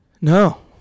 No